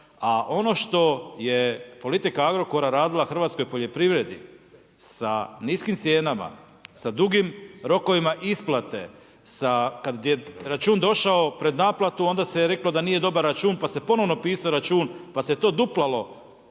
A ono što je politika Agrokora radila hrvatskoj poljoprivredi sa niskim cijenama, sa dugim rokovima isplate, sa kada je račun došao pred naplatu onda se je reklo da nije dobar račun, pa se ponovno pisao račun, pa se to duplalo.